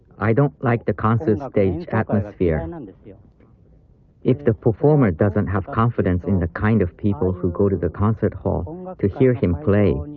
i don't like the concert stage atmosphere. and and if the performer doesn't have confidence in the kind of people who go to the concert hall um but to hear him play,